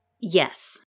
Yes